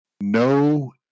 No